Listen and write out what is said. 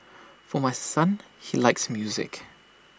for my son he likes music